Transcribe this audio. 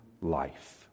life